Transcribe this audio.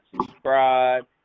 subscribe